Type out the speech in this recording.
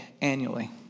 annually